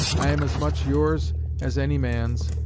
i am as much yours as any man's,